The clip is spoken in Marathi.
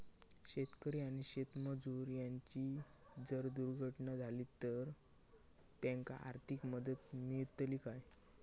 शेतकरी आणि शेतमजूर यांची जर दुर्घटना झाली तर त्यांका आर्थिक मदत मिळतली काय?